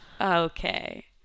Okay